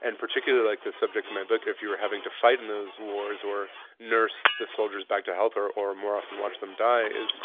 and particularly like the subjects in my book, if you were having to fight in those wars or nurse the soldiers back to health or or more often watch them die, is